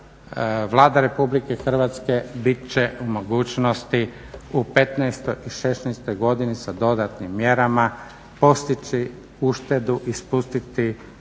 Vlada RH bit će u mogućnosti u '15. i '16. godini sa dodatnim mjerama postići uštedu i spustiti deficit